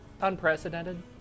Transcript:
unprecedented